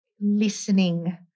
listening